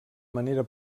manera